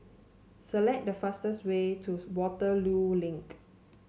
select the fastest way twos Waterloo Link